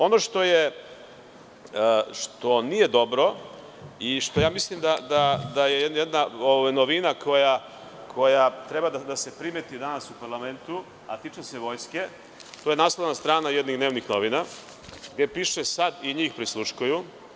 Ono što nije dobro i što ja mislim da je jedna novina koja treba da se primeti danas u parlamentu, a tiče se vojske, to je naslovna strana jednih dnevnih novina, gde piše – „Sad i njih prisluškuju“